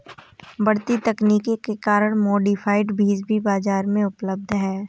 बढ़ती तकनीक के कारण मॉडिफाइड बीज भी बाजार में उपलब्ध है